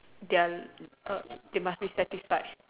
their err they must be satisfied